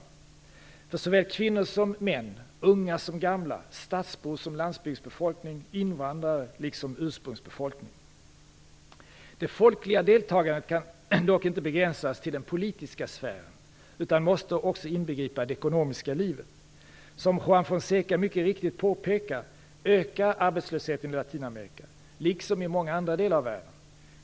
Detta gäller för såväl kvinnor som män, unga som gamla, stadsbor som landsbygdsbefolkning, invandrare som ursprungsbefolkning. Det folkliga deltagandet kan dock inte begränsas till den politiska sfären utan måste också inbegripa det ekonomiska livet. Som Juan Fonseca mycket riktigt påpekar ökar arbetslösheten i Latinamerika liksom i många andra delar av världen.